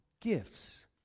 gifts